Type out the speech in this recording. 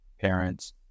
parents